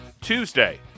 Tuesday